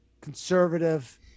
conservative